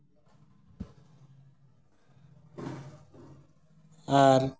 ᱟᱨ